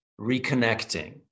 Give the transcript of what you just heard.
reconnecting